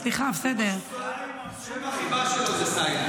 שם החיבה שלו זה סיימון.